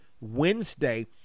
Wednesday